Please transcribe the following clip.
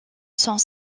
sont